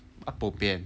他 bo pian